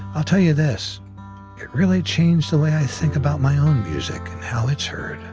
i'll tell you this it really changed the way i think about my own music and how it's heard.